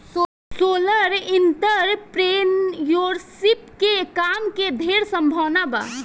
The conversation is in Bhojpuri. सोशल एंटरप्रेन्योरशिप में काम के ढेर संभावना बा